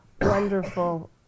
wonderful